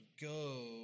Go